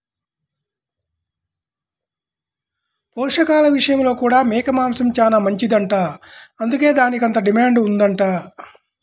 పోషకాల విషయంలో కూడా మేక మాంసం చానా మంచిదంట, అందుకే దానికంత డిమాండ్ ఉందంట